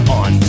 on